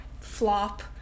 flop